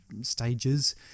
stages